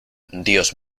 dios